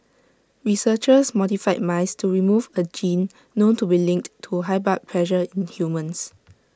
researchers modified mice to remove A gene known to be linked to high blood pressure in humans